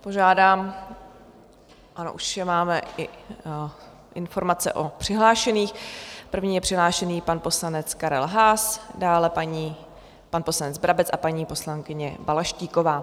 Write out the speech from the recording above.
Požádám ano, už máme i informace o přihlášených, první je přihlášený pan poslanec Karel Haas, dále pan poslanec Brabec a paní poslankyně Balaštíková.